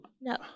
No